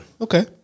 Okay